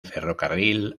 ferrocarril